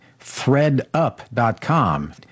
ThreadUp.com